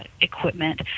equipment